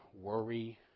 worry